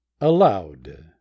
Aloud